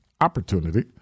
opportunity